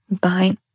Bye